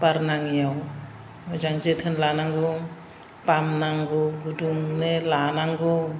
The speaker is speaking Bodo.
बार नाङियाव मोजां जोथोन लानांगौ बामनांगौ गुदुंनो लानांगौ